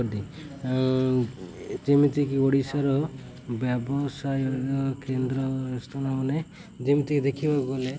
ଯେମିତିକି ଓଡ଼ିଶାର ବ୍ୟବସାୟ କେନ୍ଦ୍ର ସ୍ଥାନ ମାନେ ଯେମିତିକି ଦେଖିବାକୁ ଗଲେ